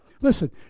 Listen